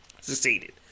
Succeeded